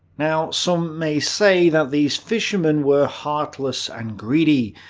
now, some may say that these fishermen were heartless and greedy.